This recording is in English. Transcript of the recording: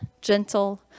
gentle